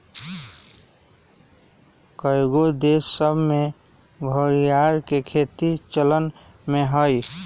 कएगो देश सभ में घरिआर के खेती चलन में हइ